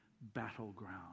battleground